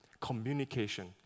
communication